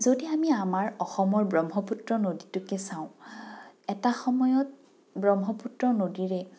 যদি আমি আমাৰ অসমৰ ব্ৰহ্মপুত্ৰ নদীটোকে চাওঁ এটা সময়ত ব্ৰহ্মপুত্ৰ নদীৰে